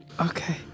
Okay